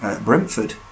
Brentford